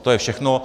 To je všechno.